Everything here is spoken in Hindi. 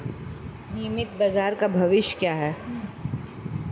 नियमित बाजार का भविष्य क्या है?